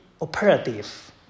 operative